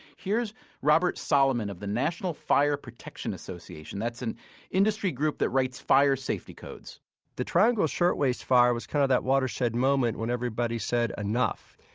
here's robert solomon of the national fire protection association that's an industry group that writes fire safety codes the triangle shirtwaist fire was kind of that watershed moment when everybody said, enough.